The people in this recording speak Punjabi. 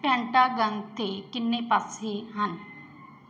ਪੈਂਟਾਗਨ 'ਤੇ ਕਿੰਨੇ ਪਾਸੇ ਹਨ